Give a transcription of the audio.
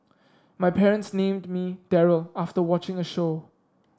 my parents named me Daryl after watching a show